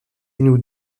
nous